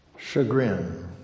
Chagrin